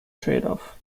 tradeoff